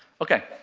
ok,